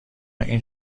این